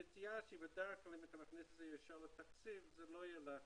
הנטייה, אם אתה מכניס את זה ישר לתקציב זה לא ילך